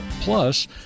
Plus